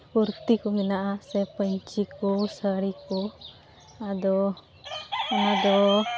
ᱠᱩᱨᱛᱤᱠᱚ ᱢᱮᱱᱟᱜᱼᱟ ᱥᱮ ᱯᱟᱹᱧᱪᱤᱠᱚ ᱥᱟᱹᱲᱤ ᱠᱚ ᱟᱫᱚ ᱚᱱᱟᱫᱚ